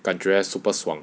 感觉 super 爽